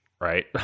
Right